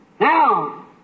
Now